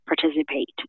participate